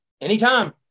Anytime